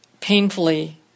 painfully